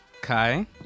Kai